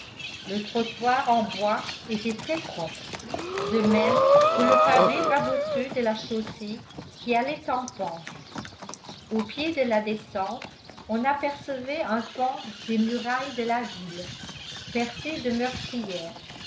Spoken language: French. le trottoir en bois était très propre de même que le pavé raboteux de la chaussée qui allait en pente au pied de la descente on apercevait un pan des murailles de la ville percé de meurtrières